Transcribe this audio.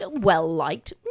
well-liked